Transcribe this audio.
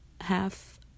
half